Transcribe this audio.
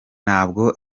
ntabwo